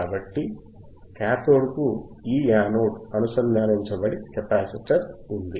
కాబట్టి కాథోడ్కు ఈ యానోడ్ అనుసంధానించబడి కెపాసిటర్ ఉంది